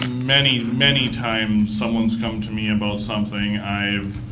many, many times someone's come to me about something, i've